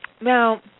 Now